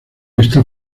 está